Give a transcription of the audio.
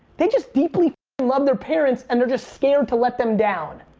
they just deeply love their parents and they're just scared to let them down.